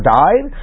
died